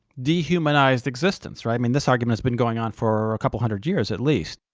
dehumanized existence, i mean, this argument has been going on for a couple hundred years at least.